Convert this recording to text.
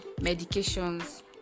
medications